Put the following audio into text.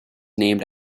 named